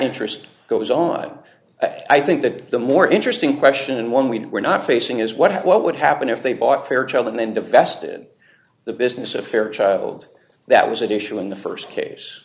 interest goes on i think that the more interesting question and one we were not facing is what what would happen if they bought fairchild and then divest it the business of fairchild that was at issue in the st case